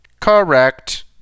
Correct